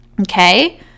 okay